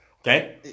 okay